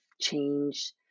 change